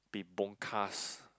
be bonkers